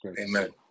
Amen